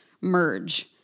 merge